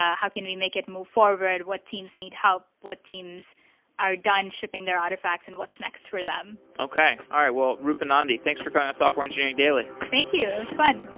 ah how can we make it move forward? what teams need help? what teams are done shipping their artifacts and what's next for them okay. all right. well, rupa nandi, thanks for coming on software engineering daily thank you. it was fun.